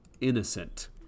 innocent